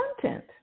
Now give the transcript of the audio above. content